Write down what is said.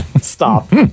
stop